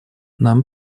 нам